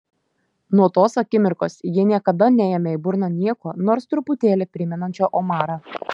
nuo tos akimirkos ji niekada neėmė į burną nieko nors truputėlį primenančio omarą